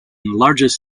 largest